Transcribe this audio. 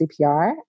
CPR